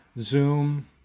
Zoom